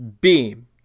Beam